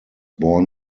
born